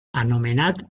anomenat